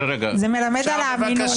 זה מלמד על האמינות.